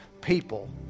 people